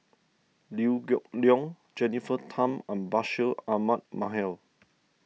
Liew Geok Leong Jennifer Tham and Bashir Ahmad Mallal